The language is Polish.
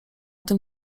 tym